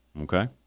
okay